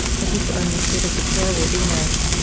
the people are in a state of deplorable ignorance.